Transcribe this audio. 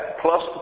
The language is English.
plus